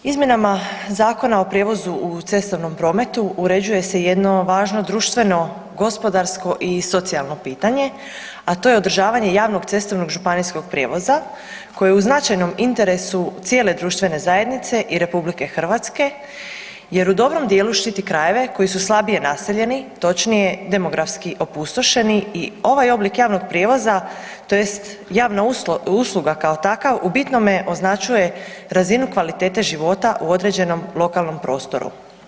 Izmjenama Zakona o prijevozu u cestovnom prometu uređuje se jedno važno društvo, gospodarsko i socijalno pitanje, a to je održavanje javnog cestovnog županijskog prijevoza koje je u značajnom interesu cijele društvene zajednice i RH jer u dobro dijelu štiti krajeve koji su slabije naseljeni, točnije demografski opustošeni i ovaj oblik javnog prijevoza, tj. javna usluga kao takva u bitnome označuje razinu kvalitete života u određenom lokalnom prostoru.